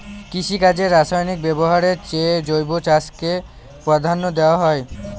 কৃষিকাজে রাসায়নিক ব্যবহারের চেয়ে জৈব চাষকে প্রাধান্য দেওয়া হয়